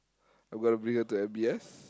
I'm gonna bring her to M_B_S